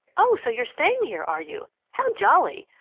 oh, so you're staying here, are you? how jolly!